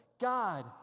God